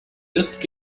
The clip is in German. ist